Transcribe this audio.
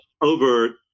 over